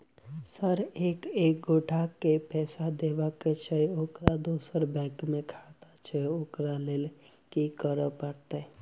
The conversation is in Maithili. सर एक एगोटा केँ पैसा देबाक छैय ओकर दोसर बैंक मे खाता छैय ओकरा लैल की करपरतैय?